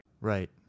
Right